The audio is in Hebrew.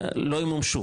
לא ימומשו,